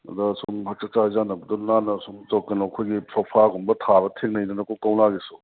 ꯑꯗ ꯁꯨꯝ ꯆꯥꯛꯆꯥ ꯍꯩꯖꯥꯅꯕꯗ ꯅꯥꯟꯅ ꯁꯨꯝ ꯀꯩꯅꯣ ꯑꯩꯈꯣꯏꯒꯤ ꯁꯣꯐꯥꯒꯨꯝꯕ ꯊꯥꯕ ꯊꯦꯡꯅꯩꯗꯅꯀꯣ ꯀꯧꯅꯥꯒꯤꯁꯨ